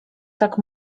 tak